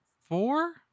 four